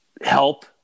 help